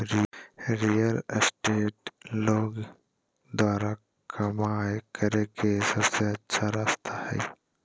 real estate लोग द्वारा कमाय करे के सबसे अच्छा रास्ता हइ